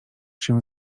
się